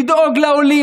לדאוג לעולים.